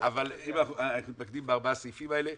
אבל אנחנו מתמקדים בארבעה הסעיפים האלה,